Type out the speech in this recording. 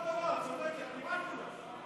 דרך אגב, כולם שם אותו דבר, את צודקת.